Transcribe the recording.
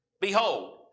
Behold